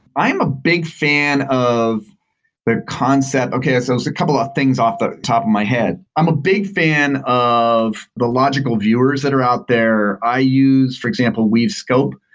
i am a big fan of their concept okay. there's so so a couple of things off the top my head. i'm a big fan of the logical viewers that are out there. i use, for example, weave scope,